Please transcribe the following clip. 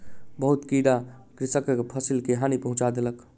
बहुत कीड़ा कृषकक फसिल के हानि पहुँचा देलक